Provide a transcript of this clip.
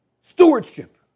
stewardship